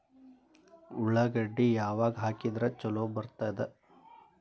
ಉಳ್ಳಾಗಡ್ಡಿ ಯಾವಾಗ ಹಾಕಿದ್ರ ಛಲೋ ಬರ್ತದ?